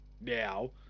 now